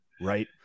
right